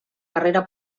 carrera